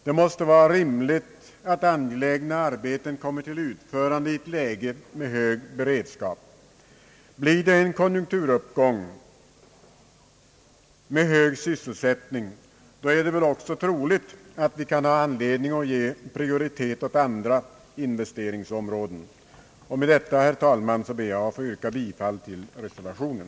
Det måste vara rimligt att angelägna arbeten kommer till utförande i ett läge med hög arbetslöshet. Blir det en konjunkturuppgång med ökad sysselsättning är det väl också troligt att vi kan ha anledning att ge prioritet åt andra investeringsområden. Med detta, herr talman, ber jag att få yrka bifall till reservationen.